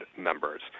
members